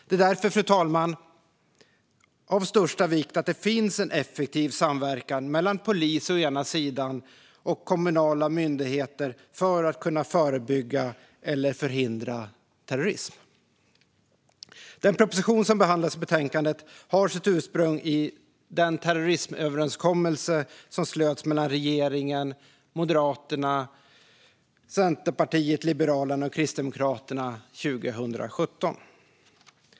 Det är därför, fru talman, av största vikt att det finns en effektiv samverkan mellan polis å ena sidan och kommunala myndigheter å andra sidan för att kunna förebygga eller förhindra terrorism. Den proposition som behandlas i betänkandet har sitt ursprung i den terrorismöverenskommelse som slöts mellan regeringen, Moderaterna, Centerpartiet, Liberalerna och Kristdemokraterna 2017.